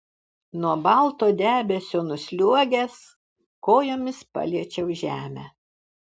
nuo balto debesio nusliuogęs kojomis paliečiau žemę